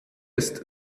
ist